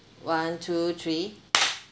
one two three